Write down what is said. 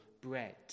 bread